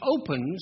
opens